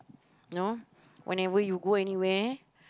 you know whenever you go anywhere